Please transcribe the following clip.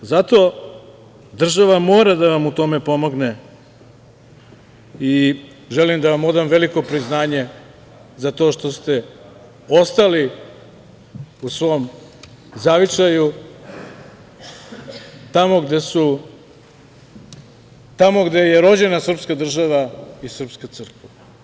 Zato država mora da vam u tome pomogne i želim da vam odam veliko priznanje za to što ste ostali u svom zavičaju, tamo gde je rođena srpska država i srpska crkva.